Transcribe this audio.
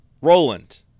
Roland